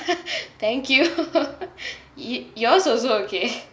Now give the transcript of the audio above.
thank you yours also okay